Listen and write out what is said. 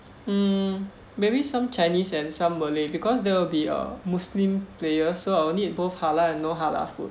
um maybe some chinese and some malay because there will be a muslim player so I will need both halal and non halal food